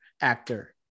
actor